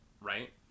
right